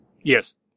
Yes